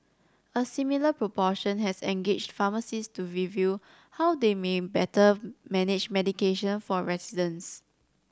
a similar proportion has engaged pharmacists to review how they may better manage medication for residents